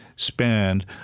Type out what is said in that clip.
spend